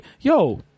yo